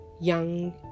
young